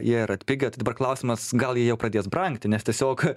jie yra atpigę tai dabar klausimas gal jie jau pradės brangti nes tiesiog